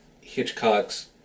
Hitchcock's